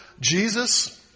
Jesus